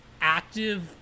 active